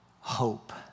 hope